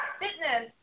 fitness